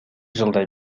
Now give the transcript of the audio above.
жылдай